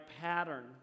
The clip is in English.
pattern